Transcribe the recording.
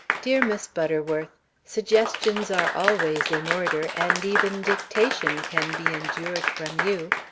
dear miss butterworth suggestions are always in order, and even dictation can be endured from you.